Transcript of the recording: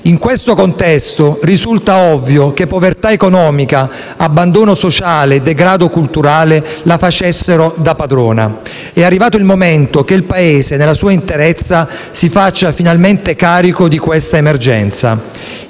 In questo contesto, risulta ovvio che povertà economica, abbandono sociale e degrado culturale la facessero da padroni. È arrivato il momento che il Paese, nella sua interezza, si faccia finalmente carico di questa emergenza.